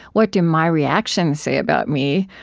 what do my reactions say about me?